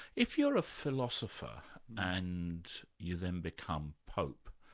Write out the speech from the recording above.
if you're a philosopher and you then become pope,